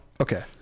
Okay